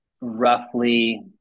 roughly